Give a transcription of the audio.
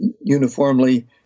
uniformly